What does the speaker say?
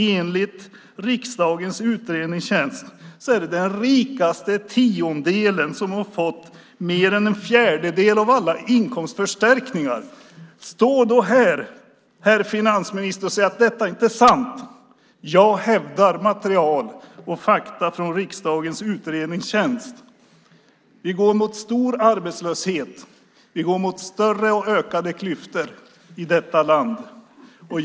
Enligt riksdagens utredningstjänst är det den rikaste tiondelen som har fått mer än en fjärdedel av alla inkomstförstärkningar. Stå då här, herr finansminister, och säg att detta inte är sant! Jag hävdar att det finns material och fakta från riksdagens utredningstjänst. Vi går mot en stor arbetslöshet. Vi går mot större och ökade klyftor i detta land.